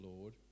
Lord